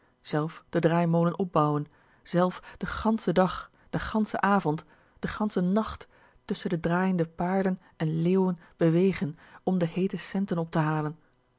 zelf den draaimolen opbouwen zelf den ganschen dag den ganschen avond den ganschen nacht tusschen de draaiende paarden en leeuwen bewegen om de heete centen op te halen